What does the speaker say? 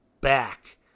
back